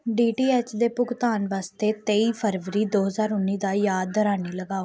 D T H ਦੇ ਭੁਗਤਾਨ ਵਾਸਤੇ ਤੇਈ ਫਰਵਰੀ ਦੋ ਹਜ਼ਾਰ ਉੱਨੀ ਦਾ ਯਾਦ ਦਹਾਨੀ ਲਗਾਓ